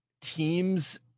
teams